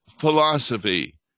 philosophy